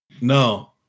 No